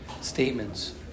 statements